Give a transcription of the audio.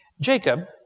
Jacob